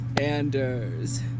Anders